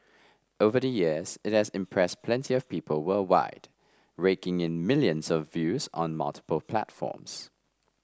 over the years it has impressed plenty of people worldwide raking in millions of views on multiple platforms